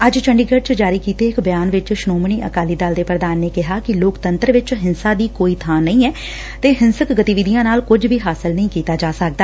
ਅੱਜ ਚੰਡੀਗੜ ਚ ਜਾਰੀ ਕੀਤੇ ਇਕ ਬਿਆਨ ਵਿਚ ਸ਼ੋਮਣੀ ਅਕਾਲੀ ਦਲ ਦੇ ਪ੍ਰਧਾਨ ਨੇ ਕਿਹਾ ਕਿ ਲੋਕਤੰਤਰ ਵਿਚ ਹਿੰਸਾ ਦੀ ਕੋਈ ਬਾ ਨਹੀ ਏ ਤੇ ਹਿੰਸਕ ਗਤੀਵਿਧੀਆ ਨਾਲ ਕੁਝ ਵੀ ਹਾਸਲ ਨਹੀ ਕੀਤਾ ਜਾ ਸਕਦਾ